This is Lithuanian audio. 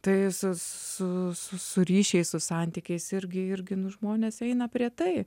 tai su su su su ryšiais su santykiais irgi irgi nu žmonės eina prie tai